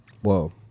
Whoa